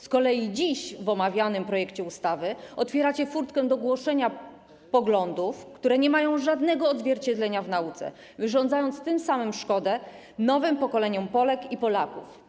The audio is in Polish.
Z kolei w dziś omawianym projekcie ustawy otwieracie furtkę do głoszenia poglądów, które nie mają żadnego odzwierciedlenia w nauce, wyrządzając tym samym szkodę nowym pokoleniom Polek i Polaków.